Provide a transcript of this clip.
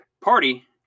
party